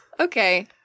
Okay